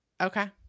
okay